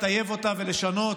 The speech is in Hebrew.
טלי גוטליב (הליכוד): אני לא אשתכנע.